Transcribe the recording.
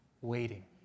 waiting